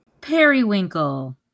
periwinkle